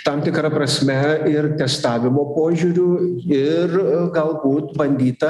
tam tikra prasme ir testavimo požiūriu ir galbūt bandyta